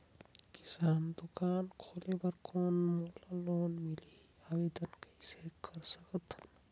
किराना दुकान खोले बर कौन मोला लोन मिलही? आवेदन कइसे कर सकथव?